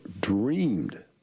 dreamed